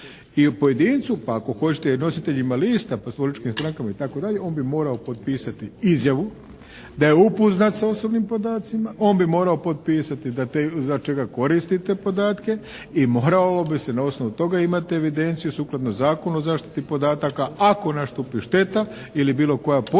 i pojedincu, pa ako hoćete i nositeljima lista, poslovničkim strankama, itd., on bi morao potpisati izjavu da je upoznat sa osobnim podacima. On bi morao potpisati za čega koristi te podatke i moralo bi se na osnovu toga imati evidenciju sukladno Zakonu o zaštiti podataka ako nastupi šteta ili bilo koja posljedica